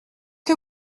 que